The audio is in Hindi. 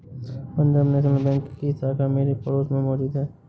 पंजाब नेशनल बैंक की शाखा मेरे पड़ोस में मौजूद है